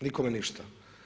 Nikome ništa.